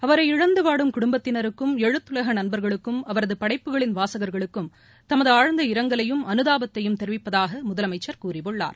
அவரை இழந்துவாடும் குடும்பத்தினருக்கும் எழுத்துலக நண்பர்களுக்கும் அவரது படைப்புகளின் வாசகர்களுக்கும் தமது ஆழ்ந்த இரங்கலையும் அனுதாபத்தையும் தெரிவிப்பதாக முதலமைச்சர் கூறியுள்ளார்